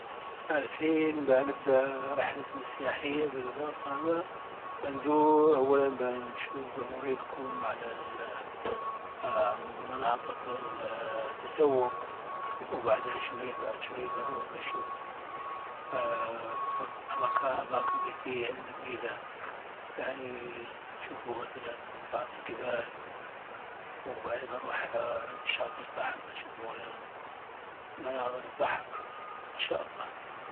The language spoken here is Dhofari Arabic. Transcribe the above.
الحين بانبدأ رحلتنا السياحية بالباص هذا. باندورأولا بانشوف با نوري لكم على مناطق التسوق وبعد شوية با نروح أماكن ريفية جميلة يعني بنشوف مثلا بعض الجبال وبعدين بعض مناظر البحر ان شاء الله.